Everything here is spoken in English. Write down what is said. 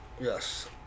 yes